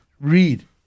read